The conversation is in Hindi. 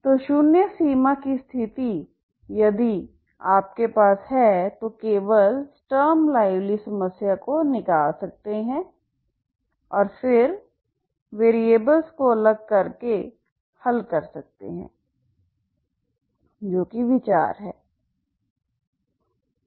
तो शून्य सीमा की स्थिति यदि आपके पास है तो केवल आप स्टर्म लिउविल समस्या को निकाल सकते हैं और फिर वेरिएबल्स को अलग करके हल कर सकते हैं जो कि विचार है